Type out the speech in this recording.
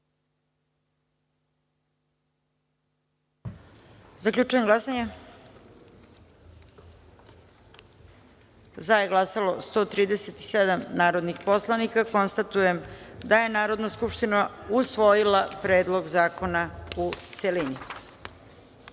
izjasnimo. Zaključujem glasanje: za je glasalo 137 narodnih poslanika. Konstatujem da je Narodna skupština usvojila Predlog zakona, u